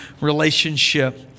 relationship